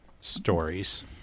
stories